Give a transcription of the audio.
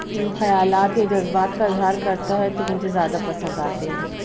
نی خیالات یا جذبات کا اظہار کرتا ہے تو مجھے زیادہ پسند آتے ہیں